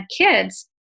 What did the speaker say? kids